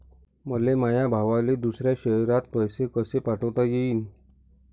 मले माया भावाले दुसऱ्या शयरात पैसे कसे पाठवता येईन?